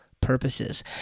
purposes